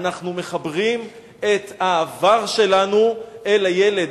אנחנו מחברים את העבר שלנו אל הילד,